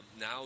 now